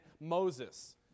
Moses